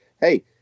Hey